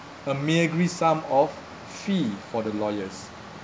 a meagre sum of fee for the lawyers